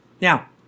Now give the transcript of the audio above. Now